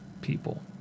people